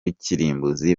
kirimbuzi